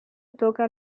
toca